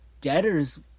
debtors